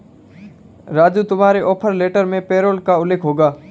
राजू तुम्हारे offer letter में payroll का उल्लेख होगा